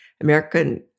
American